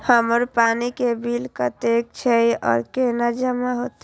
हमर पानी के बिल कतेक छे और केना जमा होते?